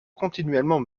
continuellement